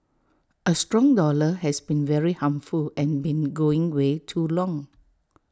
A strong dollar has been very harmful and been going way too long